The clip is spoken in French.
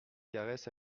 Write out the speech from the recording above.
caresses